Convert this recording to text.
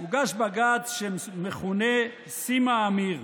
הוגש בג"ץ, שמכונה פרשת סימה אמיר.